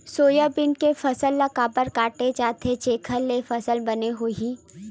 Soybean के फसल ल काबर काटे जाथे जेखर ले फसल बने होही?